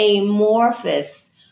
amorphous